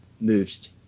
moves